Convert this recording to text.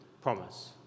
promise